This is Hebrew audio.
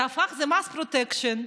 זה מס פרוטקשן.